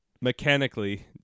Mechanically